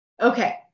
Okay